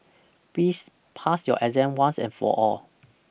please pass your exam once and for all